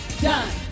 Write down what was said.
Done